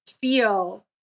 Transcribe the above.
feel